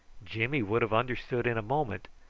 jimmy would have understood in a moment,